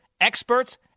experts